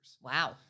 Wow